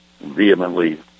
vehemently